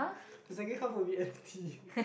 the second half a bit empty